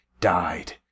died